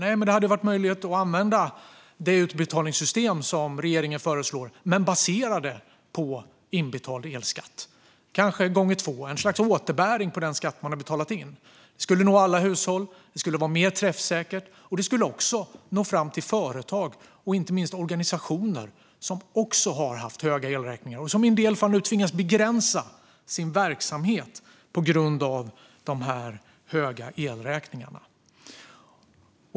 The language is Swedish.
Nej, men det hade varit möjligt att använda det utbetalningssystem som regeringen föreslår och basera det på inbetald elskatt, kanske gånger två - ett slags återbäring på den skatt man har betalat in. Det skulle nå alla hushåll, det skulle vara mer träffsäkert och det skulle också nå fram till företag och inte minst organisationer som även de har haft höga elräkningar och som i en del fall nu tvingas begränsa verksamheten på grund av de höga elräkningarna.